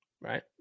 Right